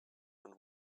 and